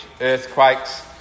earthquakes